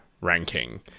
ranking